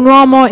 non